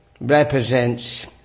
represents